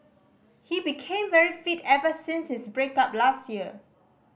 he became very fit ever since his break up last year